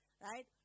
right